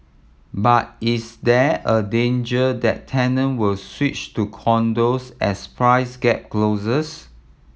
but is there a danger that tenant will switch to condos as price gap closes